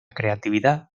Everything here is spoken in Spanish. creatividad